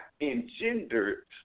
engendered